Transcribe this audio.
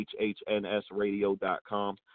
hhnsradio.com